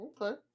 Okay